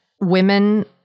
women